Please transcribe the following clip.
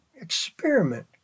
experiment